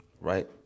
right